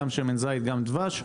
גם שמן זית וגם דבש,